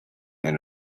and